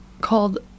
called